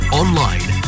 online